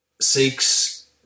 seeks